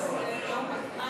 מה